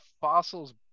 fossil's